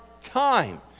time